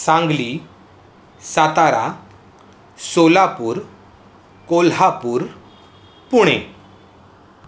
Sangli Satara Solapur Kolhapur Pune